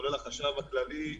כולל החשב הכללי,